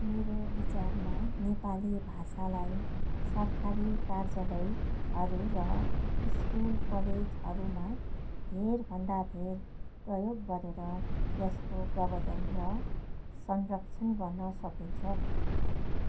मेरो विचारमा नेपाली भाषालाई सरकारी कार्यालयहरू र स्कुल कलेजहरूमा धेरभन्दा धेर प्रयोग गरेर यसको प्रवर्धन र संरक्षण गर्न सकिन्छ